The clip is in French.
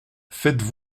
faites